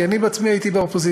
כי אני בעצמי הייתי באופוזיציה.